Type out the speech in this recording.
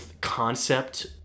concept